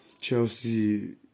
Chelsea